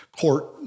court